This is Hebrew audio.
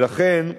לכן,